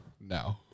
No